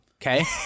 Okay